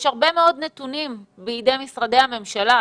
יש הרבה מאוד נתונים בידי משרדי הממשלה.